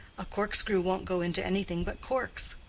a corkscrew won't go into anything but corks.